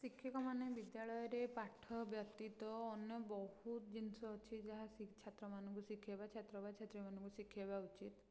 ଶିକ୍ଷକମାନେ ବିଦ୍ୟାଳୟରେ ପାଠ ବ୍ୟତୀତ ଅନ୍ୟ ବହୁତ ଜିନିଷ ଅଛି ଯାହା ଶି ଛାତ୍ରମାନଙ୍କୁ ଶିଖେଇବା ଛାତ୍ର ବା ଛାତ୍ରୀମାନଙ୍କୁ ଶିଖେଇବା ଉଚିତ୍